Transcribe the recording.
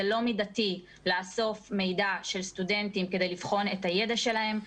זה לא מידתי לאסוף מידע של סטודנטים כדי לבחון את הידע שלהם.